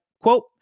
Quote